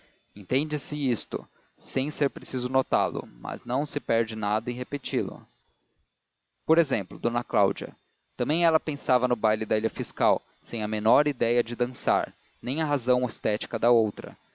entende-se isto sem ser preciso notá lo mas não se perde nada em repeti lo por exemplo d cláudia também ela pensava no baile da ilha fiscal sem a menor ideia de dançar nem a razão estética da outra